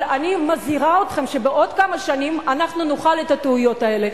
אבל אני מזהירה אתכם שבעוד כמה שנים אנחנו נאכל את הטעויות האלה.